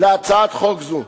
להצעת חוק זו.